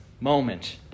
moment